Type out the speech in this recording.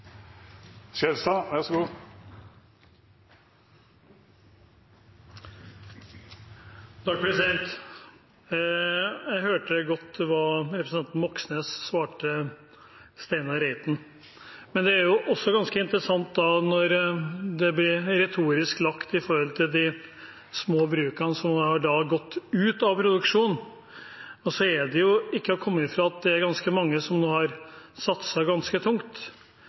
Jeg hørte godt hva representanten Moxnes svarte Steinar Reiten. Det er ganske interessant når det retorisk blir vist til de små brukene som har gått ut av produksjon. Og så er det ikke til å komme fra at det er mange som har satset ganske tungt.